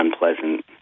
unpleasant